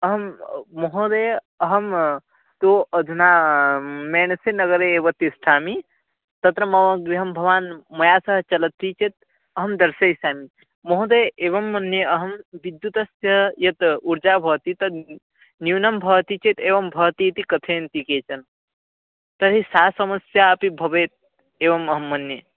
अहं महोदयः अहं तु अधुना मेणसेनगरे एव तिष्ठामि तत्र मम गृहं भवान् मया सह चलति चेत् अहं दर्शयिष्यामि महोदयः एवं मन्ये अहं विद्युतः यत् ऊर्जा भवति तद् न्यूनं भवति चेत् एवं भवतीति कथयन्ति केचन तर्हि सा समस्या अपि भवेत् एवम् अहं मन्ये